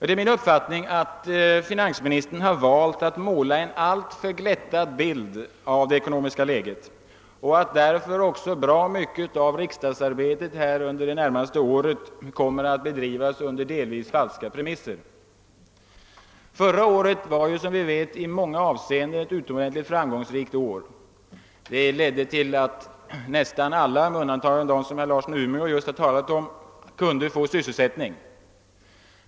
Det är min uppfattning att finansministern har valt att måla en alltför glättad bild av det ekonomiska läget och att därför också bra mycket av riksdagsarbetet här under det närmaste året kommer att bedrivas under delvis falska premisser. Förra året var som vi vet ett i många avseenden utomordentligt framgångsrikt år. Det ledde till att nästan alla med undantag av dem som herr Larsson i Umeå just har talat om kunde få sysselsättning.